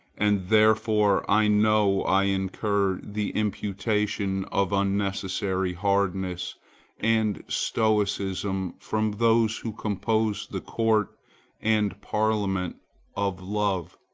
and therefore i know i incur the imputation of unnecessary hardness and stoicism from those who compose the court and parliament of love.